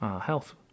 health